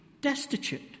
destitute